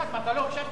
מה, אתה לא הקשבת לי?